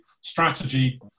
strategy